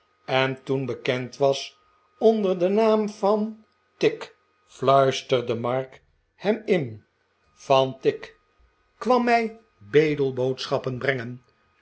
en toen bekend was onder den naam van tigg fluisterde mark hem in van tigg kwam mij bedelboodschappen brengen